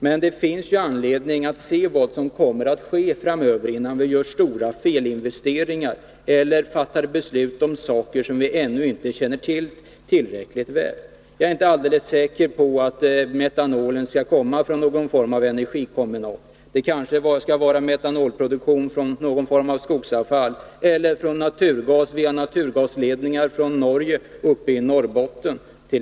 Men det finns anledning att se vad som kommer att ske framöver, innan vi gör stora felinvesteringar eller fattar beslut om saker som vi ännu inte känner till tillräckligt väl. Vi skall kanske ha en metanolproduktion som utgår ifrån någon form av skogsavfall eller från naturgas från Norge via naturgasledningar uppe i Norrbotten.